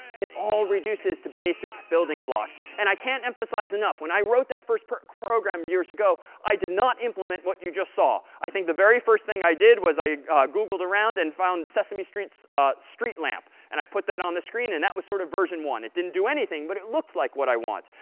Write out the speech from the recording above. it all reduces to basic building blocks. and i can't emphasize enough. when i wrote that first program years ago, i did not implement what you just saw. i think the very first thing i did was i googled around and found sesame street's street lamp and i put that on the screen. and that was sort of version one. it didn't do anything, but it looked like what i want.